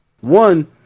one